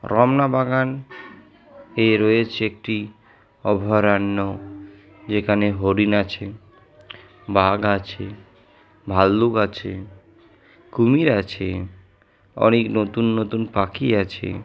রমনা বাগান এ রয়েছে একটি অভয়ারণ্য যেখানে হরিণ আছে বাঘ আছে ভালুক আছে কুমির আছে অনেক নতুন নতুন পাখি আছে